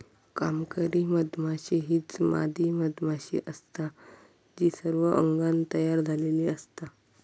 कामकरी मधमाशी हीच मादी मधमाशी असता जी सर्व अंगान तयार झालेली असता